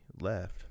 left